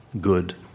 good